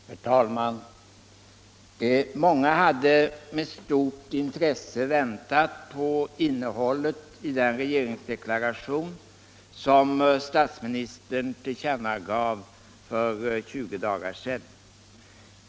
Herr talman! Många hade med stort intresse väntat på innehållet i den regeringsförklaring som statsministern avgav för 20 dagar sedan.